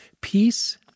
Peace